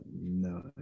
no